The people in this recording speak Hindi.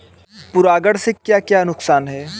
परागण से क्या क्या नुकसान हैं?